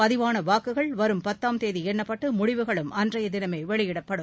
பதிவான வாக்குகள் வரும் பத்தாம் தேதி எண்ணப்பட்டு முடிவுகளும் அன்றைய தினமே வெளியிடப்படும்